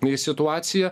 į situaciją